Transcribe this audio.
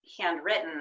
handwritten